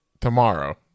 tomorrow